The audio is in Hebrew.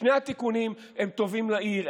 שני התיקונים הם טובים לעיר,